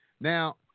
Now